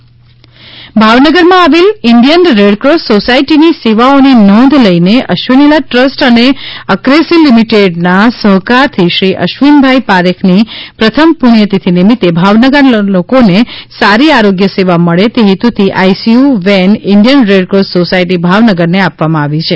Bhavnagar Red Cross ભાવનગરમાં આવેલ Indian Red Cross સોસાયટીની સેવાઓની નોંધ લઈને અશ્વનીલા ટ્રસ્ટ અને અક્રેસીલ લિમિટેડના સહકારથી શ્રી અશ્વિન ભાઈ પારેખની પ્રથમ પુષ્ય તિથિ નિમિતે ભાવનગરના લોકોને સારી આરોગ્ય સેવા મળે તે હેતુથી ICU van Indian Red Cross Society ભાવનગરને આપવામાં આવી છે